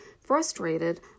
Frustrated